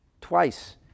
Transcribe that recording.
twice